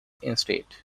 instead